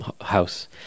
house